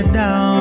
down